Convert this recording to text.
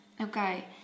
okay